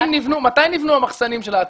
מתי נבנו המחסנים של העתיקות?